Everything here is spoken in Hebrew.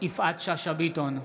יפעת שאשא ביטון,